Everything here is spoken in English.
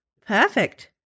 Perfect